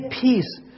peace